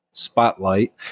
Spotlight